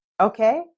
Okay